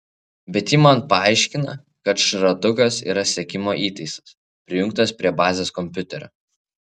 bet ji man paaiškina kad šratukas yra sekimo įtaisas prijungtas prie bazės kompiuterio